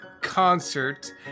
concert